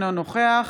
אינו נוכח